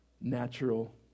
natural